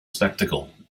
spectacle